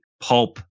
pulp